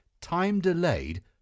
time-delayed